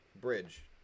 Bridge